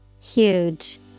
Huge